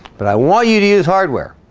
but i want you to use hardware,